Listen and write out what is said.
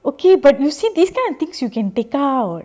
okay but you see this kind of things you can take out